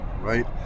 right